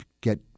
get